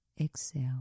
Exhale